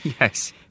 Yes